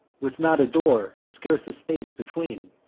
with not a door, and scarce a space, between.